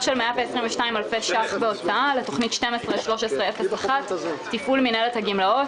של 122,000 אלפי שקל להוצאה לתכנית 121301 טיפול מנהלת הגמלאות.